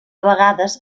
vegades